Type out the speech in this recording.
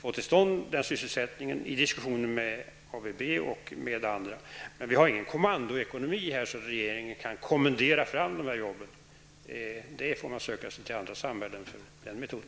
få till stånd sysselsättning, i diskussioner med ABB och med andra. Men vi har ingen kommandoekonomi. Regeringen kan inte kommendera fram jobb. Man får söka sig till andra samhällen för att finna den metoden.